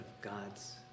God's